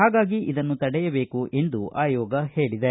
ಹಾಗಾಗಿ ಇದನ್ನು ತಡೆಯಬೇಕೆಂದು ಆಯೋಗ ಹೇಳಿದೆ